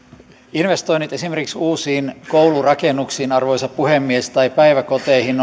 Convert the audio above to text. investoinnit esimerkiksi uusiin koulurakennuksiin arvoisa puhemies tai päiväkoteihin